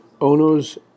Ono's